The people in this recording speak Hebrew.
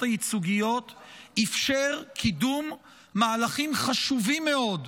הייצוגיות אפשר קידום מהלכים חשובים מאוד,